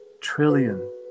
trillion